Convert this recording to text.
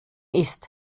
ist